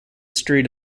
street